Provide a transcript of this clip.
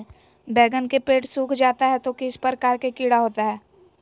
बैगन के पेड़ सूख जाता है तो किस प्रकार के कीड़ा होता है?